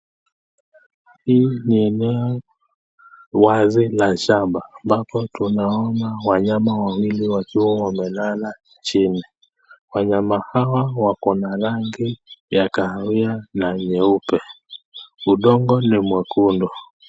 Hii ni eneo wazi la shamba, ambapo tunaona wanyama wawili wakiwa wamelala chini, wanyama hawa wako na rangi ya kahawia na nyeupe, udongo ni mwekundu.